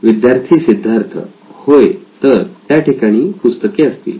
विद्यार्थी सिद्धार्थ होय तर त्या ठिकाणी पुस्तके असतील